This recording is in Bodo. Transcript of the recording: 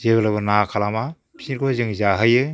जेब्लाबो ना खालामा बिसोरखौ जों जाहोयो